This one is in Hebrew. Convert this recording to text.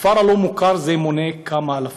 הכפר הלא-מוכר הזה מונה כמה אלפים,